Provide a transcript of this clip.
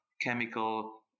chemical